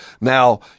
Now